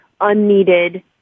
unneeded